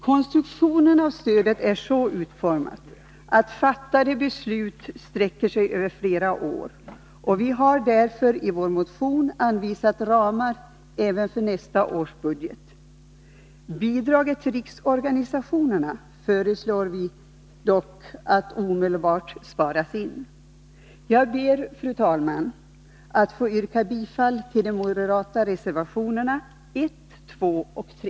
Konstruktionen av stödet är så utformad att fattade beslut sträcker sig över flera år, och vi har därför i vår motion anvisat ramar även för nästa års budget. Vi föreslår dock att bidraget till riksorganisationerna omedelbart skall dras in. Jag ber, fru talman, att få yrka bifall till de moderata reservationerna 1, 2 och 3.